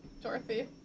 Dorothy